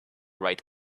write